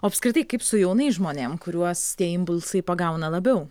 o apskritai kaip su jaunais žmonėm kuriuos tie impulsai pagauna labiau